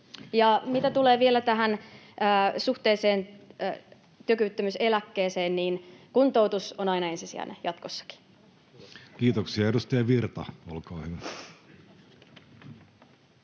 Mitä tulee vielä suhteeseen työkyvyttömyyseläkkeeseen, kuntoutus on aina ensisijainen jatkossakin. Kiitoksia. — Edustaja Virta, olkaa hyvä.